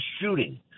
shooting